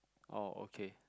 oh okay